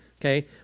okay